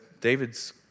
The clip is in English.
David's